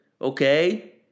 okay